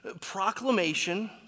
proclamation